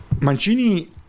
Mancini